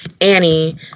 Annie